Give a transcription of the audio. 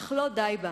אך לא די בה.